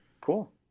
Cool